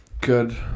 good